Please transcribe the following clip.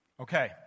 Okay